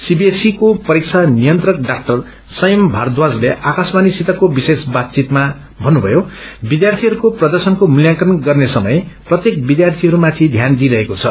सीबीएसईको परीक्षा नियन्त्रक डा संयम भारद्वाजले आकाशवाणीसितको विशेष बातचितमा भन्नुथयो विद्यार्थीहरूको प्रदर्शनको मूल्यांकन गर्ने समय प्रत्येक विद्यार्थीहरूमाथि ध्यान दिइरहेको छ